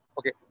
Okay